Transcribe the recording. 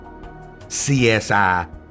CSI